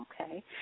Okay